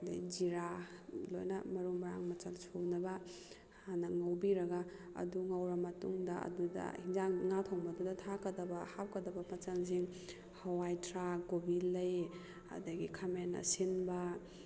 ꯑꯗꯩ ꯖꯤꯔꯥ ꯂꯣꯏꯅ ꯃꯔꯨ ꯃꯔꯥꯡ ꯃꯆꯜ ꯁꯨꯅꯕ ꯍꯥꯟꯅ ꯉꯧꯕꯤꯔꯒ ꯑꯗꯨ ꯉꯧꯔ ꯃꯇꯨꯡꯗ ꯍꯤꯟꯖꯥꯡ ꯉꯥ ꯊꯣꯡꯕꯗꯨꯗ ꯊꯥꯛꯀꯗꯕ ꯍꯥꯞꯀꯗꯕ ꯃꯆꯜꯁꯤꯡ ꯍꯋꯥꯏ ꯊꯔꯥꯛ ꯀꯣꯕꯤ ꯂꯩ ꯑꯗꯒꯤ ꯈꯥꯃꯦꯟ ꯑꯁꯤꯟꯕ